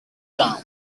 town